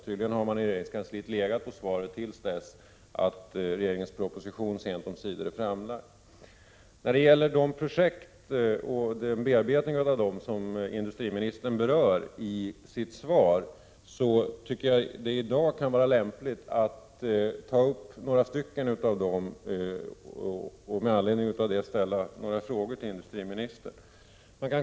Tydligen har man i regeringskansliet legat på svaret till dess att regeringens proposition sent omsider blivit framlagd. När det gäller bearbetningen av de projekt som industriministern berör i sitt svar tycker jag att det i dag kan vara lämpligt att ta upp några av dessa och i anslutning därtill ställa några frågor till industriministern.